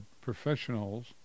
professionals